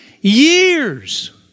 years